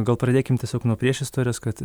gal pradėkim tiesiog nuo priešistorės kad